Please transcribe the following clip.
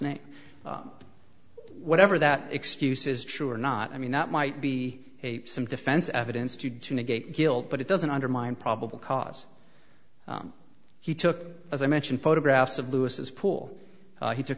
name whatever that excuse is true or not i mean that might be a some defense evidence to to negate guilt but it doesn't undermine probable cause he took as i mentioned photographs of lewis's pool he took